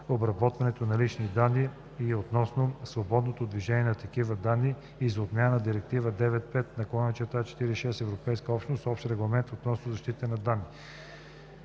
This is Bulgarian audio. обработването на лични данни и относно свободното движение на такива данни и за отмяна на Директива 95/46/ЕО (Общ регламент относно защитата на данните)